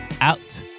out